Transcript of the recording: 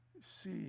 See